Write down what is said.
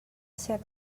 ser